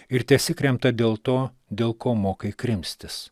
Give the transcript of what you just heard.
ir tesikremta dėl to dėl ko mokai krimstis